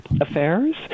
affairs